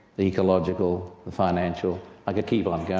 the ecological, the financial i could keep on going.